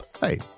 Hey